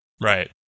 Right